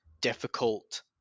difficult